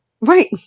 Right